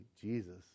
Jesus